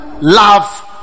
love